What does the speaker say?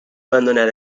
abandonar